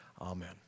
amen